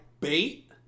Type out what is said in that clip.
bait